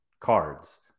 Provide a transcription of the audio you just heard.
cards